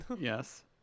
yes